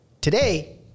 today